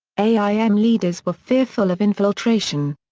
aim leaders were fearful of infiltration.